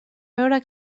veure